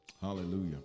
hallelujah